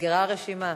נסגרה הרשימה.